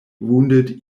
wounded